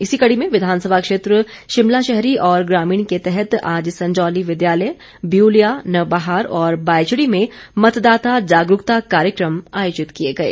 इसी कड़ी में विधानसभा क्षेत्र शिमला शहरी और ग्रामीण के तहत आज संजौली विद्यालय ब्यूलिया नवबहार और बायचड़ी में मतदाता जागरूकता कार्यक्रम आयोजित किए गए